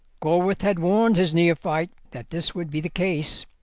gorworth had warned his neophyte that this would be the case,